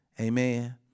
Amen